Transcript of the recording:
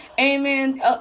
amen